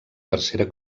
tercera